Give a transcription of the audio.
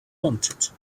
wanted